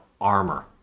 armor